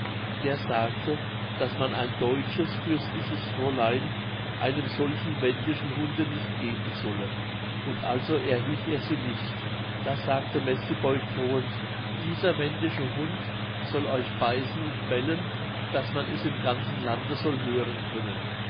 der sagte daß man ein deutsches fürstliches fräulein einem solchen wendischen hunde nicht geben solle und also erhielt er sie nicht da sagte mestiboi drohend dieser wendische hund soll euch beißen und bellen daß man es im ganzen lande soll hören können